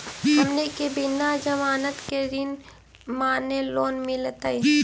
हमनी के बिना जमानत के ऋण माने लोन मिलतई?